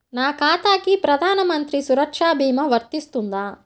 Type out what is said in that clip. నా ఖాతాకి ప్రధాన మంత్రి సురక్ష భీమా వర్తిస్తుందా?